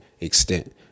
extent